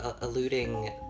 alluding